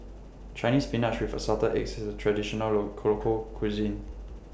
Chinese Spinach with Assorted Eggs IS Traditional Low Cuisine